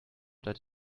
that